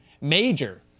Major